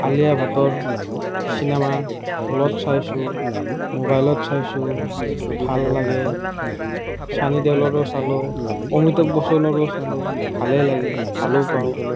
আলিয়া ভাটৰ চিনেমা হলত চাইছোঁ মোবাইলত চাইছোঁ ভাল লাগে চানি দেউলৰো চালোঁ অমিতাভ বচ্চনৰো চালোঁ ভালেই লাগে ভালো পাওঁ